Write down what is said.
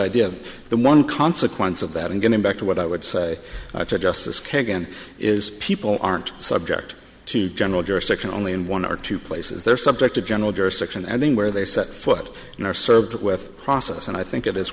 idea the one consequence of that and getting back to what i would say to justice kagan is people aren't subject to general jurisdiction only in one or two places they're subject to general jurisdiction and then where they set foot and are served with process and i think it is